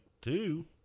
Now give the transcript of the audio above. two